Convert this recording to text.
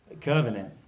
covenant